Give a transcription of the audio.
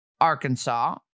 Arkansas